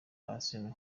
arsenal